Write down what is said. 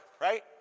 right